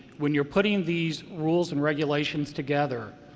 when you're putting these rules and regulations together,